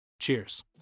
Cheers